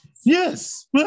Yes